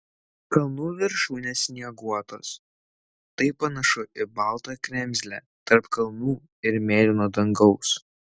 kalnų viršūnės snieguotos tai panašu į baltą kremzlę tarp kalnų ir mėlyno dangaus